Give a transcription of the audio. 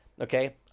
Okay